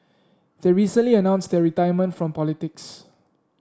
they recently announced their retirement from politics